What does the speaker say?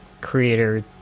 creator